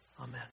Amen